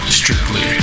strictly